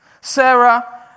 Sarah